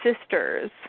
sisters